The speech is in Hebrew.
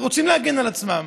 ירצו להגן על עצמם.